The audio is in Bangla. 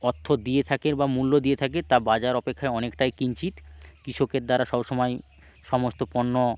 অর্থ দিয়ে থাকে বা মূল্য দিয়ে থাকে তা বাজার অপেক্ষায় অনেকটাই কিঞ্চিৎ কৃষকদের দ্বারা সবসময়ই সমস্ত পণ্য